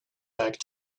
back